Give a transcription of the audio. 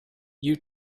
you